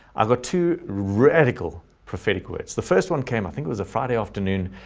i've got two radical prophetic words. the first one came, i think it was a friday afternoon,